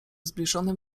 zbliżonym